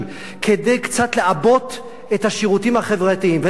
כדי קצת לעבות את השירותים החברתיים,